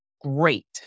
great